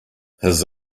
his